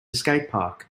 skatepark